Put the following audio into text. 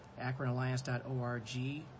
akronalliance.org